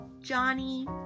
Johnny